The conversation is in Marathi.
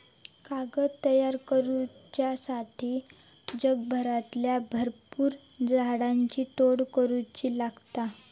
कागद तयार करुच्यासाठी जगभरातल्या भरपुर झाडांची तोड करुची लागता